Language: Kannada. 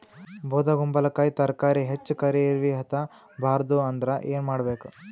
ಬೊದಕುಂಬಲಕಾಯಿ ತರಕಾರಿ ಹೆಚ್ಚ ಕರಿ ಇರವಿಹತ ಬಾರದು ಅಂದರ ಏನ ಮಾಡಬೇಕು?